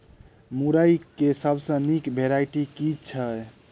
मुरई केँ सबसँ निक वैरायटी केँ छै?